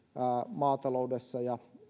maataloudessa ja